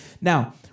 Now